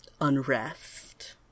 unrest